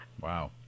Wow